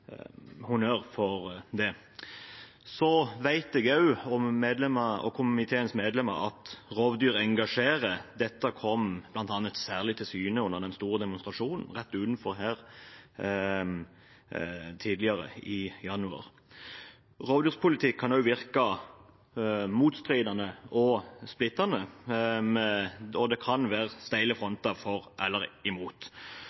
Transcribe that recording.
honnør for det. Jeg og komiteens medlemmer vet også at rovdyr engasjerer. Det kom særlig til syne under den store demonstrasjonen rett utenfor Stortinget tidligere i januar. Rovdyrpolitikk kan skape strid og virke splittende, og det kan være steile